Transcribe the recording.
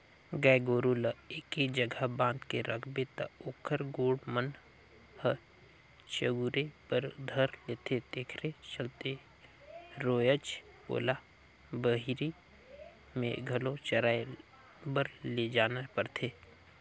गाय गोरु ल एके जघा बांध के रखबे त ओखर गोड़ मन ह चगुरे बर धर लेथे तेखरे चलते रोयज ओला बहिरे में घलो चराए बर लेजना परथे